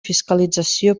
fiscalització